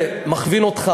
ומכווין אותך,